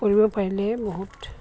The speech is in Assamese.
পঢ়িব পাৰিলে বহুত